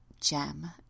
Gem